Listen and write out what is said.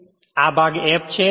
અને આ ભાગ f છે